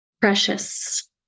Precious